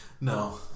No